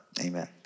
Amen